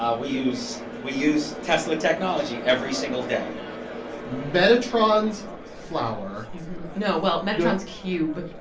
ah we use we use tesla technology every single day but metatron's flower no, well, metatron's cube,